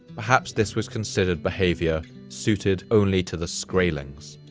perhaps this was considered behavior suited only to the skraelings.